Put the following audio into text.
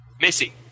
Missy